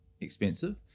expensive